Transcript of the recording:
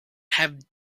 have